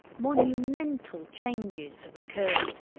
monumental changes have occurred.